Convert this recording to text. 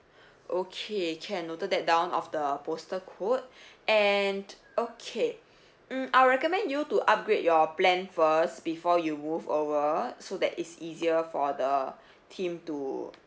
okay can noted that down of the postal code and okay mm I'll recommend you to upgrade your plan first before you move over so that is easier for the team to